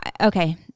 Okay